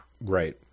Right